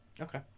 okay